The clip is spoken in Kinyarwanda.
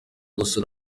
gusa